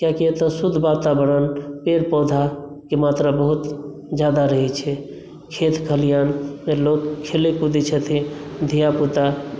कियाकि एतय शुद्ध वतावरण पेड़ पौधाके मात्रा बहुत ज्यादा रहैत छै खेत खलिहानमे लोक खेलैत कुदैत छथिन धिया पुता